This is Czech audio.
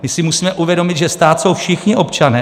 My si musíme uvědomit, že stát jsou všichni občané.